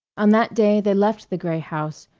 on that day they left the gray house,